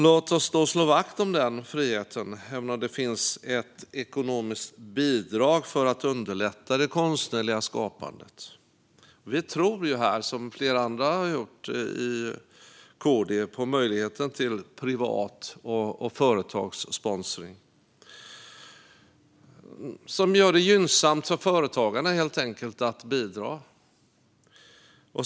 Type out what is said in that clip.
Låt oss då slå vakt om den konstnärliga friheten, även om det finns ett ekonomiskt bidrag för att underlätta det konstnärliga skapandet. Inom Kristdemokraterna tror vi på möjligheten till privat sponsring och företagssponsring. Det gör det helt enkelt gynnsamt för företagarna att bidra.